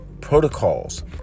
protocols